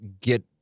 get